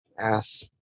Yes